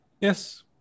Yes